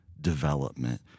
development